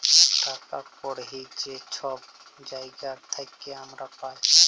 টাকা কড়হি যে ছব জায়গার থ্যাইকে আমরা পাই